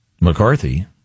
McCarthy